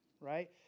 right